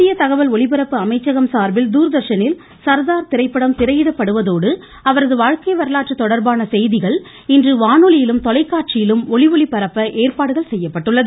மத்திய தகவல் ஒலிபரப்பு அமைச்சகம் சார்பில் தூர்தர்ஷனில் சர்தார் திரைப்படம் திரையிடப்படுவதோடு அவரது வாழ்க்கை வரலாற்று தொடாபான செய்திகள் இன்று வானொலியிலும் தொலைக்காட்சியிலும் ஒலி ஒளி பரப்ப ஏற்பாடுகள் செய்யப்பட்டுள்ளது